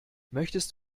möchtest